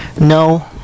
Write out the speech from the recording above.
No